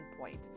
point